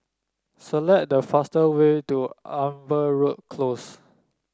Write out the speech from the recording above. select the fastest way to Amberwood Close